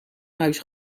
muis